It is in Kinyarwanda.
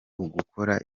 ugukora